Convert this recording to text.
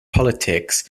politics